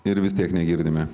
ir vis tiek negirdime